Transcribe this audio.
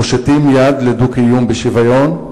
מושיטים יד לדו-קיום בשוויון,